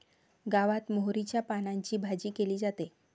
गावात मोहरीच्या पानांची भाजी केली जाते